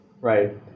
right